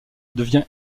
devient